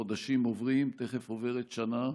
חודשים עוברים, תכף עוברת שנה,